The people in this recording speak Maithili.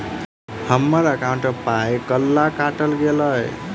हम्मर एकॉउन्ट मे पाई केल काटल गेल एहि